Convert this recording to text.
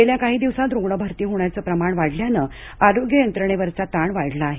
गेल्या काही दिवसात रुग्ण भरती होण्याचं प्रमाण वाढल्यानं आरोग्य यंत्रणेवरचा ताण वाढला आहे